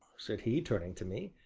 said he, turning to me,